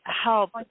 help